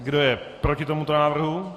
Kdo je proti tomuto návrhu?